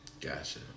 Gotcha